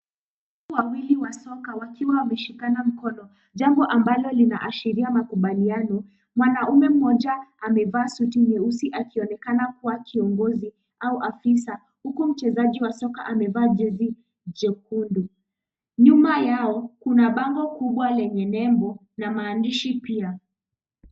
Watu wawili wa soka wakiwa wameshikana mikono. Jambo ambalo linaashiria makubaliano. Mwanaume mmoja amevaa suti nyeusi akionekana kuwa kiongozi au afisa, huku mchezaji wa soka amevaa jezi jekundu. Nyuma yao kuna bango kubwa lenye nembo na maandishi pia.